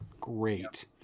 Great